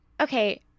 Okay